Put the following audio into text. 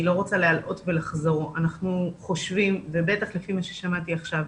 אנחנו חושבים, ובטח לפי מה ששמעתי עכשיו,